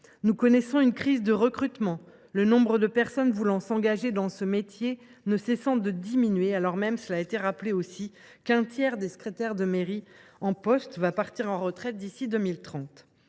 Nous connaissons une crise de recrutement. Le nombre de personnes voulant s’engager dans ce métier ne cesse de diminuer, alors même qu’un tiers des secrétaires de mairie en poste partira à la retraite d’ici à 2030.